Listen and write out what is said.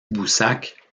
boussac